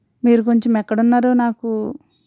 మీరు కొంచెం ఎక్కడ ఉన్నారో నాకు